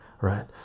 right